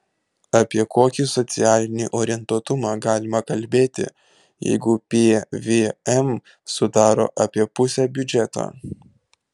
apie kokį socialinį orientuotumą galima kalbėti jeigu pvm sudaro apie pusę biudžeto